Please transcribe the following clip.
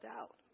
out